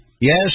Yes